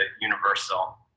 universal